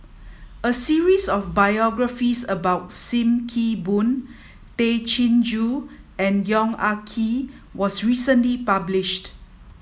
a series of biographies about Sim Kee Boon Tay Chin Joo and Yong Ah Kee was recently published